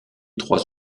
trois